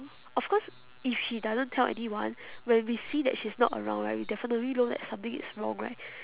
of course if she doesn't tell anyone when we see that she is not around right we definitely know that something is wrong right